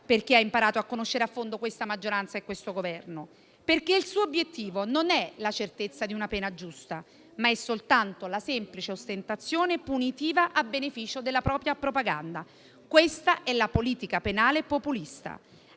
per chi ha imparato a conoscere a fondo questa maggioranza e questo Governo: perché il suo obiettivo non è la certezza di una pena giusta, ma è soltanto la semplice ostentazione punitiva a beneficio della propria propaganda. Questa è la politica penale populista,